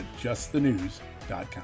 justthenews.com